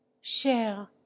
cher